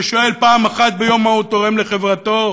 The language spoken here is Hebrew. ששואל פעם אחת ביום מה הוא תורם לחברתו,